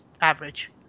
average